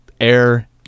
air